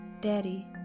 Daddy